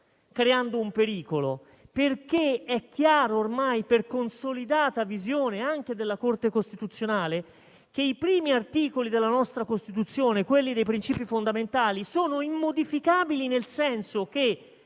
creando un pericolo. È infatti ormai chiaro, per consolidata visione anche della Corte costituzionale, che i primi articoli della nostra Costituzione, sui principi fondamentali, sono immodificabili nel senso che